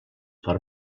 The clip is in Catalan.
per